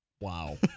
Wow